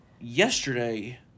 yesterday